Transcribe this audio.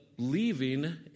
Leaving